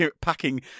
packing